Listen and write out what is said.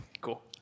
Cool